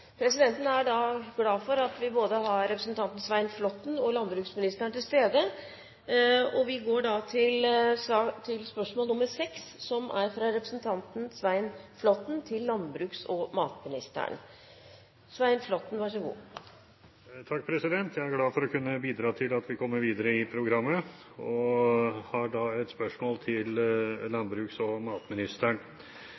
presidenten fått. Det betyr at spørsmål 3 utgår. Dette spørsmålet er trukket tilbake. Dette spørsmålet er utsatt til neste spørretime, da statsråden er bortreist. Presidenten er glad for at vi har både representanten Svein Flåtten og landbruksministeren til stede. Vi går da til spørsmål 6. Jeg er glad for å kunne bidra til at vi kommer videre i programmet. Jeg har et spørsmål til